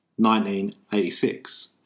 1986